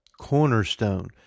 cornerstone